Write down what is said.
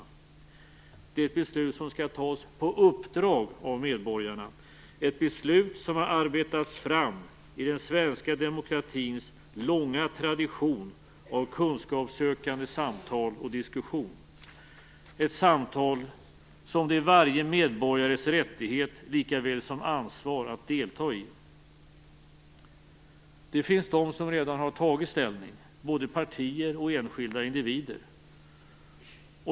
Det är ett beslut som skall fattas på uppdrag av medborgarna, ett beslut som har arbetats fram i den svenska demokratins långa tradition av kunskapssökande, samtal och diskussion, ett samtal som det är varje medborgares rättighet lika väl som ansvar att delta i. Det finns de som redan har tagit ställning, både partier och enskilda individer.